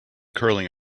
curling